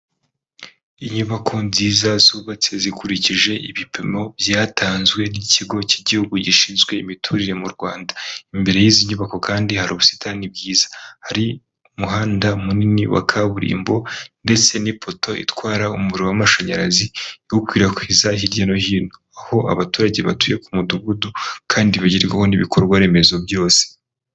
Inyubako nziza zubatse zikurikije ibipimo byatanzwe n'ikigo cy'igihugu gishinzwe imiturire mu Rwanda. Imbere y'izi nyubako kandi hari ubusitani bwiza, hari umuhanda munini wa kaburimbo ndetse n'ipoto itwara umuriro w'amashanyarazi ukwirakwiza hirya no hino, aho abaturage batuye ku mudugudu kandi bagerwaho n'ibikorwa remezo byose.